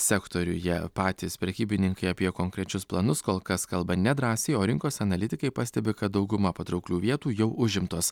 sektoriuje patys prekybininkai apie konkrečius planus kol kas kalba nedrąsiai o rinkos analitikai pastebi kad dauguma patrauklių vietų jau užimtos